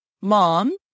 Mom